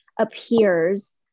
appears